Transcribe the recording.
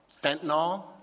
fentanyl